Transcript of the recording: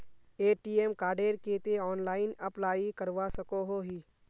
ATM कार्डेर केते online apply करवा सकोहो ही?